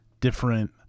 different